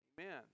amen